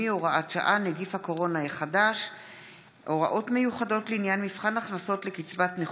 דברי הכנסת יג / מושב ראשון / ישיבות ל"ח מ' / ט"ז